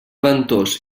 ventós